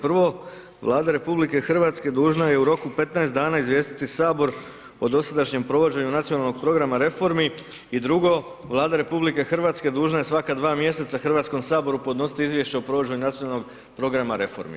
Prvo Vlada RH dužna je u roku 15 dana izvijestiti sabor o dosadašnjem provođenju nacionalnog programa reformi i drugo Vlada RH dužna je svaka 2 mjeseca Hrvatskom saboru podnositi izvješće o provođenju nacionalnog programa reformi.